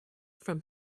from